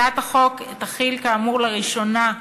הצעת החוק תחיל עליהם, כאמור, לראשונה,